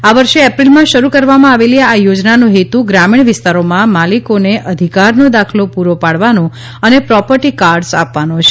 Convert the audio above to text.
આ વર્ષે એપ્રિલમાં શરૂ કરવામાં આવેલી આ યોજનાનો હેતુ ગ્રામીણ વિસ્તારોમાં માલિકોને અધિકારનો દાખલો પૂરો પાડવાનો અને પ્રોપર્ટી કાર્ડ્સ આપવાનો છે